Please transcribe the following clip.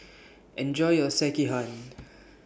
Enjoy your Sekihan